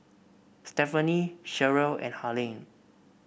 Stephaine Sherrill and Harlene